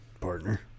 Partner